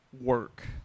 work